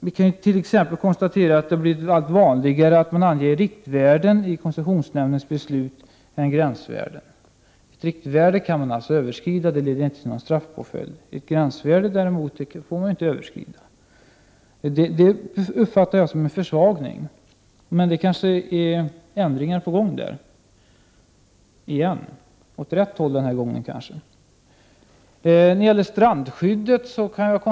Det har t.ex. blivit allt vanligare att man anger riktvärden i koncessionsnämndens beslut snarare än gränsvärden. Ett riktvärde kan alltså överskridas utan att det leder till någon straffpåföljd. Ett gränsvärde däremot får man inte överskrida. Detta uppfattar jag som en försvagning — men det kanske är ändringar på gång igen? Åt rätt håll den här gången, hoppas jag.